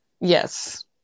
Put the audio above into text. Yes